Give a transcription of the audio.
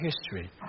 history